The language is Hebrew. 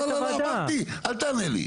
לא, לא, אמרתי, אל תענה לי.